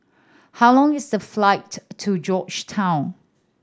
how long is the flight to Georgetown